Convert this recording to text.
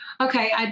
Okay